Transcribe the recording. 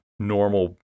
normal